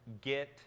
Get